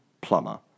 plumber